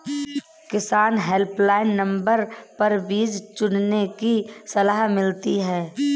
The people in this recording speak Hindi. किसान हेल्पलाइन नंबर पर बीज चुनने की सलाह मिलती है